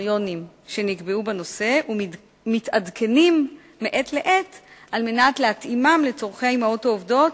בענף הניקיון ונקבע כי ההסכם ייכנס לתוקפו לאחר צו הרחבה.